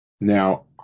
Now